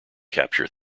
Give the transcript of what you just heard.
capture